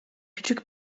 küçük